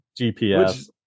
GPS